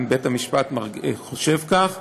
אם בית-המשפט חושב כך,